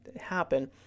happen